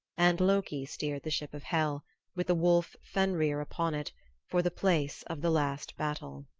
and loki steered the ship of hel with the wolf fenrir upon it for the place of the last battle.